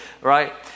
Right